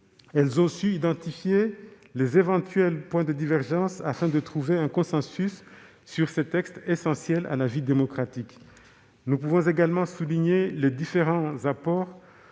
Elles ont su identifier les éventuels points de divergence afin de trouver un consensus sur ce texte essentiel à la vie démocratique. Je souhaite également souligner les différents apports